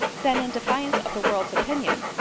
then, in defiance of the world's opinion,